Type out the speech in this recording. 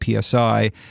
PSI